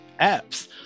apps